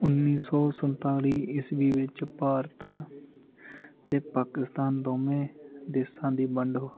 ਉਨੀ ਸੌ ਸੰਤਾਲੀ ਈਸਵੀ ਵਿੱਚ ਭਾਰਤ ਅਤੇ ਪਾਕਿਸਤਾਨ ਦੋਵੇਂ ਦੇਸ਼ਾਂ ਦੀ ਵੰਡ